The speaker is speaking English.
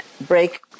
break